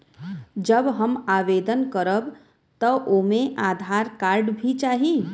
जब हम आवेदन करब त ओमे आधार कार्ड भी चाही?